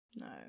No